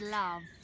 love